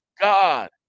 God